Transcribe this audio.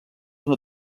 una